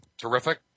terrific